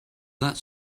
that